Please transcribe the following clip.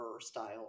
style